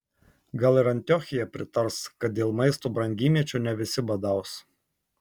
gal ir antiochija pritars kad dėl maisto brangymečio ne visi badaus